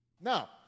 Now